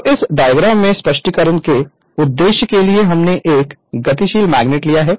तो इस डायग्राम में स्पष्टीकरण के उद्देश्य के लिए हमने एक गतिशील मैग्नेट लिया है